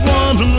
one